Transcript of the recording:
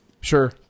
Sure